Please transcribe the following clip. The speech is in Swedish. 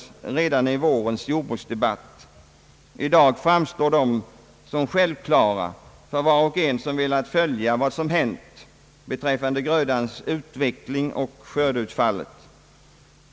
dan i vårens jordbruksdebatt. I dag framstår de som självklara för var och en som velat följa vad som hänt beträffande grödans utveckling och skördeutfallet.